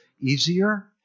easier